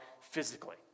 physically